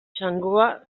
txangoa